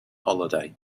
holiday